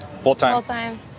Full-time